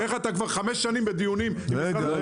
כבר חמש שנים אתה בדיונים --- רגע, רגע.